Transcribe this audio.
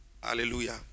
Hallelujah